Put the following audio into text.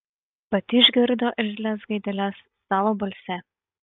pati išgirdo irzlias gaideles savo balse